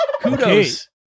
Kudos